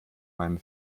meinem